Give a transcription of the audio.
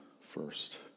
first